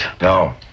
No